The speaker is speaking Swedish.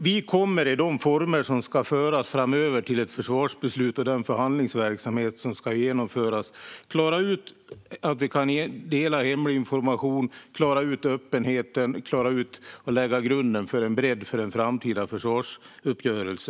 Vi kommer i de former och den förhandlingsverksamhet som framöver ska leda till ett försvarsbeslut att klara ut att vi kan dela hemlig information, klara ut öppenheten och lägga grunden för en bred framtida försvarsuppgörelse.